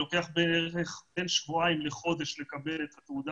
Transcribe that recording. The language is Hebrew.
היום אורך בערך בין שבועיים לחודש לקבל את התעודה